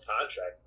contract